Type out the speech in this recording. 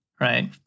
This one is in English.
right